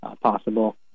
possible